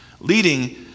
leading